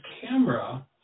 camera